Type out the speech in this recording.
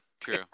True